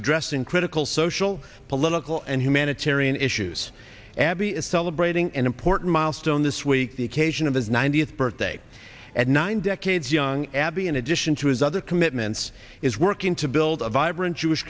addressing critical social political and humanitarian issues abby is celebrating an important milestone this week the occasion of his ninetieth birthday at nine decades young abby in addition to his other commitments is working to build a vibrant jewish